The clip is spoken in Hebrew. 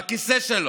בכיסא שלו,